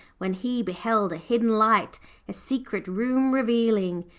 when he beheld a hidden light a secret room revealing.